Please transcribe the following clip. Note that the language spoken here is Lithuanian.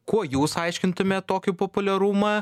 kuo jūs aiškintumėt tokį populiarumą